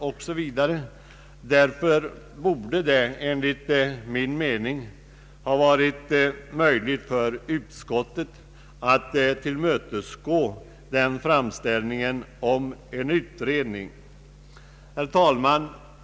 Det borde därför enligt min mening ha varit möjligt för utskottet att tillmötesgå denna framställning om en utredning. Herr talman!